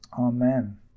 Amen